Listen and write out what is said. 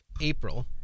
April